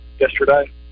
yesterday